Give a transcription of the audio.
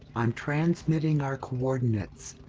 i'm transmitting our coordinates.